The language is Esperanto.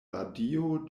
radio